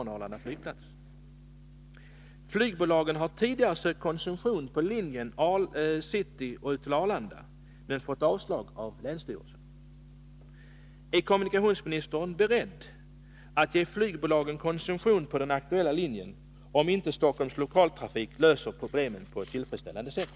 Flygbolagen har tidigare sökt koncession på linjen Stockholms city-Arlanda men de har fått avslag från länsstyrelsen. Är kommunikationsministern beredd att bevilja flygbolagen koncession på den aktuella linjen, om inte Stockholms Lokaltrafik löser problemen på ett tillfredsställande sätt?